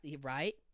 right